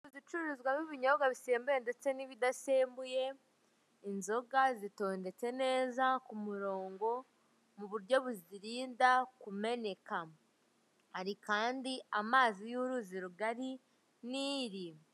Inzu icururizwamo ibinyobwa bisembuye ndetse n'ibidasembuye, inzoga zitondetse neza ku murongo mu buryo buzirinda kumenekamo, hari kandi amazi y'uruzi rugari Nile.